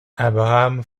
abraham